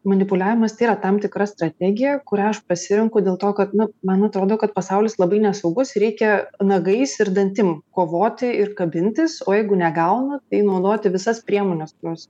manipuliavimas tai yra tam tikra strategija kurią aš pasirenku dėl to kad nu man atrodo kad pasaulis labai nesaugus reikia nagais ir dantim kovoti ir kabintis o jeigu negauna tai naudoti visas priemones kurios